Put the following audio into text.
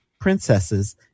princesses